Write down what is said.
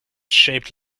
shaped